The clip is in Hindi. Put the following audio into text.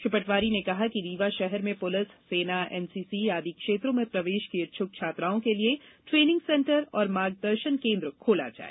श्री पटवारी ने कहा कि रीवा शहर में पुलिस सेना एनसीसी आदि क्षेत्रों में प्रवेश की इच्छुक छात्राओं के लिये ट्रेनिंग सेंटर और मार्गदर्शन केन्द्र खोला जाए